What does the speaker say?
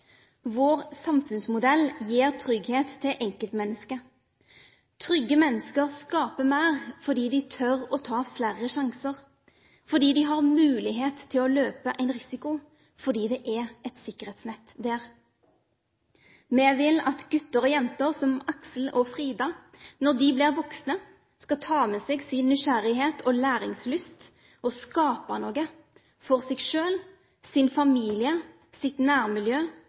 Vår samfunnsmodell gir trygghet til enkeltmennesket. Trygge mennesker skaper mer fordi de tør å ta flere sjanser; de har mulighet til å løpe en risiko fordi det er et sikkerhetsnett der. Vi vil at gutter og jenter, som Aksel og Frida, når de blir voksne, skal ta med seg sin nysgjerrighet og læringslyst og skape noe for seg selv, sin familie og sitt nærmiljø